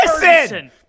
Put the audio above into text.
Listen